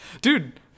Dude